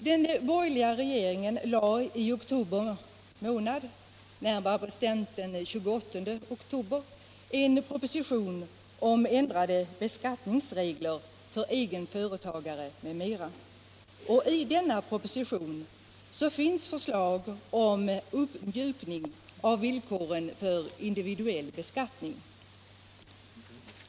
Den borgerliga regeringen lade i oktober månad, närmare bestämt den 28 oktober, en proposition om ändrade beskattningsregler för egen företagare m.m., och i denna proposition finns förslag om uppmjukning av villkoren för individuell beskattning.